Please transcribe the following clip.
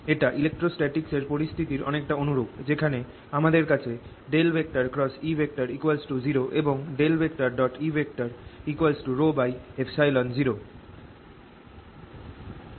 এটা ইলেক্ট্রোস্ট্যাটিক্স এর পরিস্থিতির অনেকটা অনুরূপ যেখানে আমাদের কাছে E 0 এবং E 0